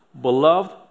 beloved